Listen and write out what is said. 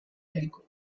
agrícola